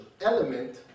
element